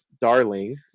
Darling